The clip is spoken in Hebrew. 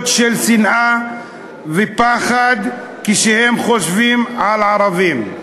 של שנאה ופחד כשהם חושבים על ערבים.